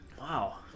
Wow